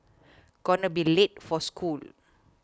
gonna be late for school